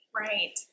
Right